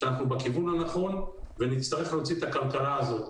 אנחנו בכיוון הנכון ונצטרך להוציא את הכלכלה הזאת.